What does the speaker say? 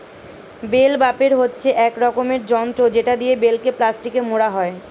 bell wrapper হচ্ছে এক রকমের যন্ত্র যেটা দিয়ে বেলকে প্লাস্টিকে মোড়া হয়